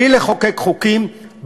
בלי לחוקק חוקים,